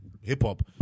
hip-hop